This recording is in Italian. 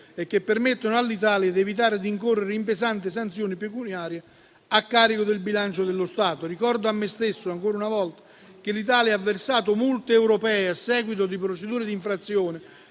altresì all'Italia di evitare di incorrere in pesanti sanzioni pecuniarie a carico del bilancio dello Stato. Ricordo a me stesso, ancora una volta, che l'Italia ha versato multe europee, a seguito di procedure di infrazione,